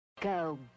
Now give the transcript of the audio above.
Go